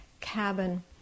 cabin